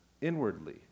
inwardly